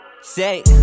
Say